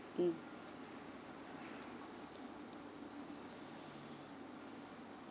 mm